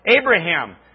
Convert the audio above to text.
Abraham